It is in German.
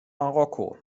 marokko